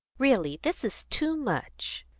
really this is too much!